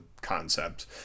concept